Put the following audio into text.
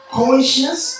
conscious